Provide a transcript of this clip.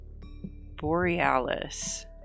Borealis